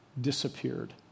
disappeared